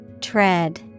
Tread